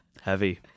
Heavy